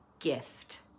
gift